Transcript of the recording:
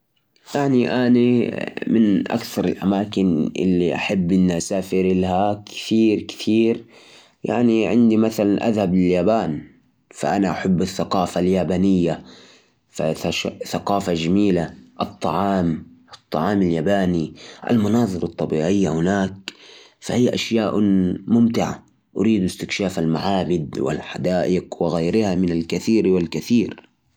لو كان بإمكاني أني أسافر لأي مكان، كنت أتمنى أزور اليابان. أحب ثقافتها المتنوعة وتاريخها الفني، وكمان أحب الطعام الياباني. أريد أستمتع بمشاهدة المعابد الجميلة والطبيعة الخلابة، وكمان أتعلم عن اسلوب حياتهم المميز. السفر لليابان حيكون تجربة رائعة.